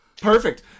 Perfect